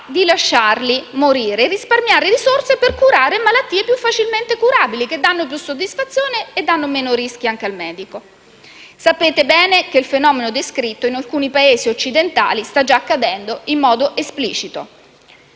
di lasciarli morire e di risparmiare risorse per curare malattie più facilmente curabili, che danno più soddisfazione e meno rischi al medico. Sapete bene che il fenomeno descritto sta già accadendo in modo esplicito